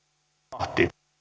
arvoisa